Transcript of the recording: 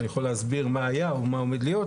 אני יכול להסביר מה היה ומה עומד להיות,